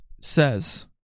says